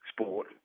sport